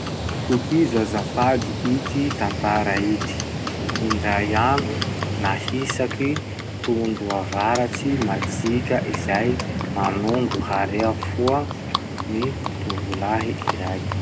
Tohizo azafady ity tantara ity noforony ity: Indray andro nahisaky tondroavaratsy majika izay manondro harea foa ny tovolahy iray.